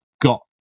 got